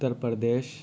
Uttar Pradesh